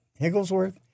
Higglesworth